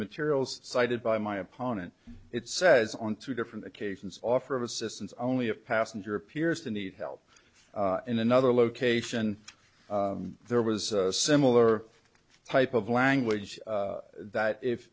materials cited by my opponent it says on two different occasions offer of assistance only a passenger appears to need help in another location there was a similar type of language that if